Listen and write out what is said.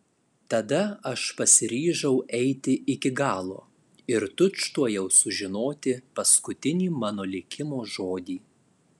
tada aš pasiryžau eiti iki galo ir tučtuojau sužinoti paskutinį mano likimo žodį